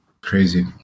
crazy